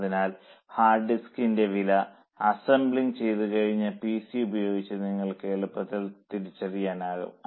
അതിനാൽ ഹാർഡ് ഡിസ്കിന്റെ വില അസംബ്ലിങ്ങ് ചെയ്തു കഴിഞ്ഞ പിസി ഉപയോഗിച്ച് നിങ്ങൾക്ക് എളുപ്പത്തിൽ തിരിച്ചറിയാനാകും